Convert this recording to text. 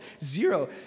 Zero